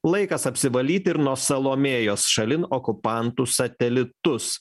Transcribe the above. laikas apsivalyt ir nuo salomėjos šalin okupantų satelitus